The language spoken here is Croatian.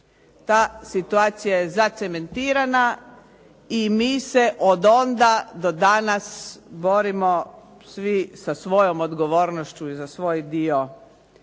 Ta situacija je zacementirana i mi se od onda do danas borimo svi sa svojom odgovornošću i za svoj dio